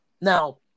Now